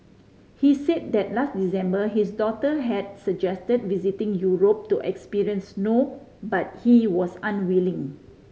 he said that last December his daughter had suggested visiting Europe to experience snow but he was unwilling